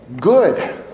good